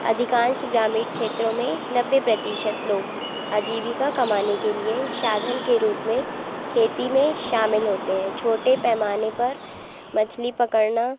अधिकांश ग्रामीण क्षेत्रों में नब्बे प्रतिशत लोग अजीविका कमाने के लिए साधन के रूप में खेती में शामिल होते हैं छोटे पैमाने पर मछली पकड़ना